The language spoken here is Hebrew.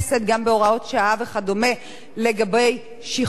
גם בהוראות שעה וכדומה לגבי שכרות.